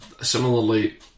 similarly